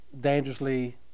dangerously